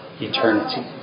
eternity